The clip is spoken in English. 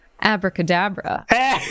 Abracadabra